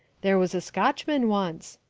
there was a scotchman once.